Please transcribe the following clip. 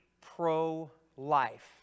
pro-life